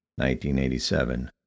1987